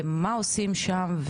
מה עושים שם,